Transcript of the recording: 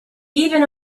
even